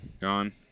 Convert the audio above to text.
Gone